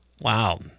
Wow